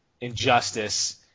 Injustice